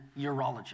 urologist